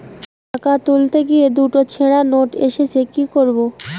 টাকা তুলতে গিয়ে দুটো ছেড়া নোট এসেছে কি করবো?